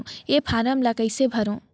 ये फारम ला कइसे भरो?